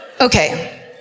Okay